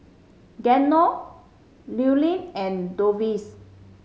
Geno Llewellyn and Dovie